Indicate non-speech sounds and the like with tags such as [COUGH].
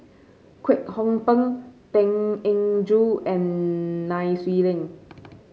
Kwek Hong Png Tan Eng Joo and Nai Swee Leng [NOISE]